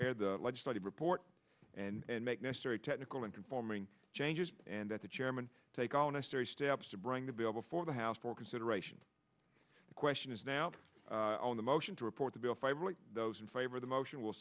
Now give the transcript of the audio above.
and the legislative report and make necessary technical and conforming changes and that the chairman take all necessary steps to bring the bill before the house for consideration the question is now on the motion to report to bill five like those in favor the motion will